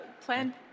Plan